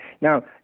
Now